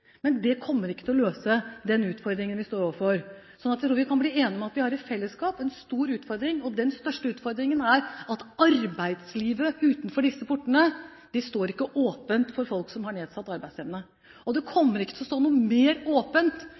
Men det kommer ikke til å løse den utfordringen vi står overfor. Jeg tror vi kan være enige om at vi i fellesskap har store utfordringer. Den største utfordringen er at arbeidslivet utenfor disse portene ikke står åpent for folk som har nedsatt arbeidsevne. Og det kommer ikke til å stå mer åpent